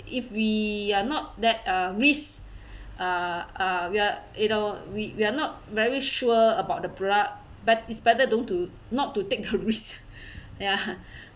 if we are not that uh risk uh uh we are you know we we are not very sure about the product bet~ it's better don't to not to take risk ya